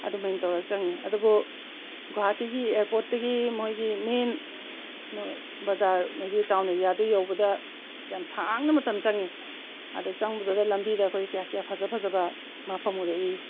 ꯑꯗꯨꯃꯥꯏꯅ ꯇꯧꯔꯒ ꯆꯪꯏ ꯑꯗꯨꯕꯨ ꯒꯨꯋꯥꯍꯥꯇꯤꯒꯤ ꯑꯦꯌꯥꯔꯄꯣꯔꯠꯇꯒꯤ ꯃꯣꯏꯒꯤ ꯃꯦꯟ ꯕꯖꯥꯔ ꯃꯣꯏꯒꯤ ꯇꯥꯎꯟ ꯑꯦꯔꯤꯌꯥꯗꯨ ꯌꯧꯕꯗ ꯌꯥꯝ ꯁꯥꯡꯅ ꯃꯇꯝ ꯆꯪꯉꯦ ꯑꯗꯨ ꯆꯪꯕꯗꯨꯗ ꯂꯝꯕꯤꯗ ꯑꯩꯈꯣꯏ ꯀꯌꯥ ꯀꯌꯥ ꯐꯖ ꯐꯖꯕ ꯃꯐꯝ ꯎꯔꯛꯏ